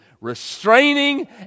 restraining